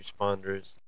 responders